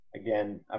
Again